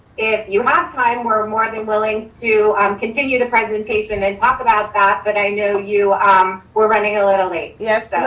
if you have time, we're more than willing to um continue the presentation and talk about that. but i know you um we're running a little late. yeah,